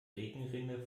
regenrinne